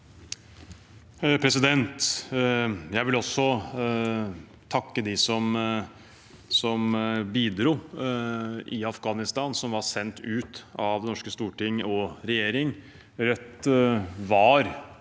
jeg vil takke dem som bidro i Afghanistan, som ble sendt ut av det norske storting og regjeringen. Rødt var